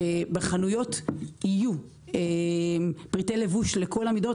שבחנויות יהיו פריטי לבוש לכל המידות,